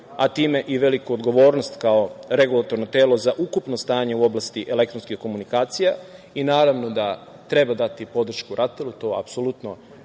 a time i veliku odgovornost kao regulatorno telo za ukupno stanje u oblasti elektronskih komunikacija i naravno da treba dati podršku RATEL-u da još